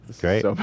great